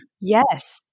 Yes